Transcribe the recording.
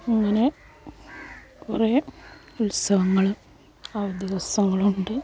അങ്ങനെ കുറെ ഉത്സവങ്ങളും അവധി ദിവസങ്ങളും ഉണ്ട്